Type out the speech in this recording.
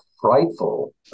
frightful